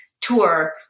tour